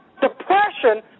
depression